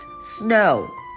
snow